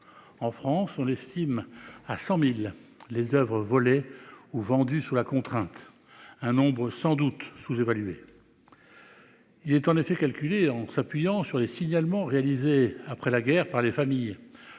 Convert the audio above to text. En France, on estime à 100.000 les Oeuvres volés ou vendus sous la contrainte. Un nombre sans doute sous-évalué. Il est en effet calculé en s'appuyant sur les signalements réalisé après la guerre par les familles.